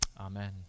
Amen